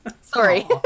sorry